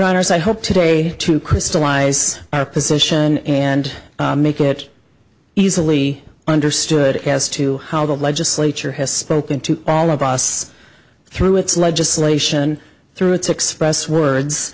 honor as i hope today to crystallize our position and make it easily understood as to how the legislature has spoken to all across through its legislation through its express words